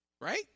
Right